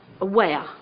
aware